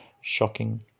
shocking